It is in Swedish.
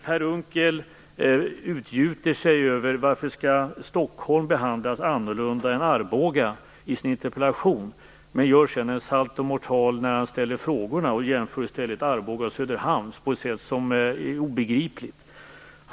Per Unckel utgjuter sig i sin interpellation över att Stockholm behandlas annorlunda än Arboga men gör när han ställer sina frågor en saltomortal och jämför i stället Arboga och Söderhamn på ett sätt som är obegripligt.